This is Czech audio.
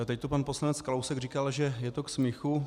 Teď tu pan poslanec Kalousek říkal, že je to k smíchu.